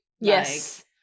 Yes